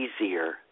easier